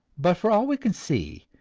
but for all we can see,